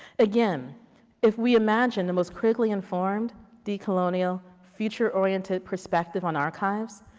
again if we imagine the most critically informed decolonial future oriented perspective on archives,